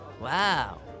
Wow